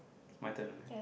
it's my turn right